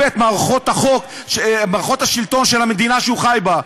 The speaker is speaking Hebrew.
את מערכות השלטון של המדינה שהוא חי בה,